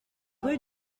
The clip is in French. rue